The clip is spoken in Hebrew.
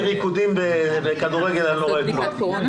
לא צריך להתנייד לבדיקת קורונה.